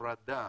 הפרדה